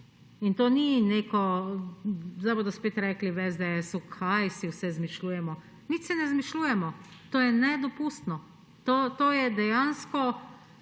In to ni neko – zdaj bodo spet rekli v SDS, kaj si vse izmišljujemo. Nič si ne izmišljujemo! To je nedopustno! To dejansko